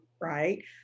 right